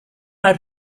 lahir